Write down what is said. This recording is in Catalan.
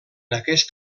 aquest